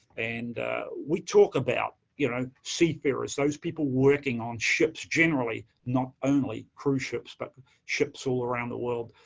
and we talked about, you know, seafarers, those people working on ships generally, not only cruise ships but ships all around the world,